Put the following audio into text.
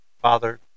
father